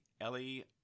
ellie